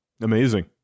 Amazing